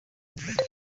vuga